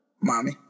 Mommy